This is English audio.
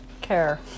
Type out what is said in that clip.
care